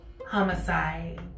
Homicide